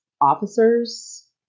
officers